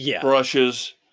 brushes